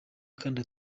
kandi